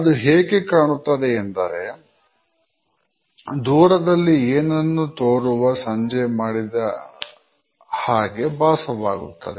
ಇದು ಹೇಗೆ ಕಾಣುತ್ತದೆ ಎಂದರೆ ದೂರದಲ್ಲಿ ಏನನ್ನು ತೋರುವ ಸನ್ನೆ ಮಾಡಿದ ಹಾಗೆ ಭಾಸವಾಗುತ್ತದೆ